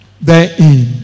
therein